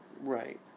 Right